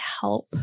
help